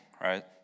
right